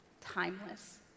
Timeless